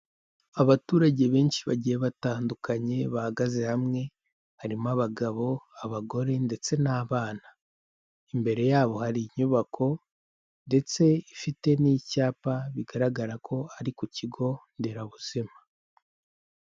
Abaturage benshi bagiye batandukanye, bahagaze hamwe, harimo abagabo, abagore ndetse n'abana. Imbere yabo hari inyubako, ndetse ifite n'icyapa bigaragara ko ari ku kigonderabuzima.